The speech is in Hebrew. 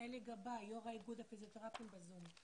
אלי גבאי, יושב ראש איגוד הפיזיותרפים ב-זום.